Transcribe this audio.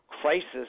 crisis